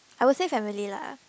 I will say family lah